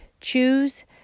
Choose